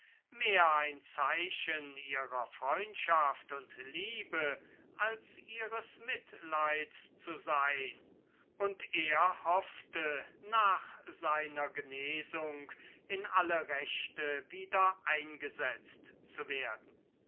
mehr ein zeichen ihrer freundschaft und liebe als ihres mitleids zu sein und er hoffte nach seiner genesung in alle rechte wieder eingesetzt zu werden